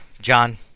John